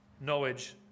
knowledge